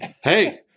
hey